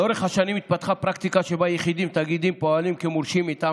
לאורך השנים התפתחה פרקטיקה שבה יחידים ותאגידים פועלים כמורשים מטעם